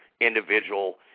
individual